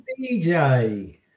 DJ